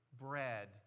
bread